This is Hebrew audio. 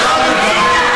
צעקות.